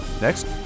next